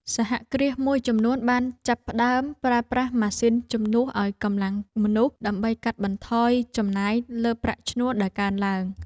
សហគ្រាសមួយចំនួនបានចាប់ផ្តើមប្រើប្រាស់ម៉ាស៊ីនជំនួសឱ្យកម្លាំងមនុស្ស ដើម្បីកាត់បន្ថយចំណាយលើប្រាក់ឈ្នួលដែលកើនឡើង។